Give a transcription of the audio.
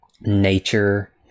nature